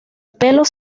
pelos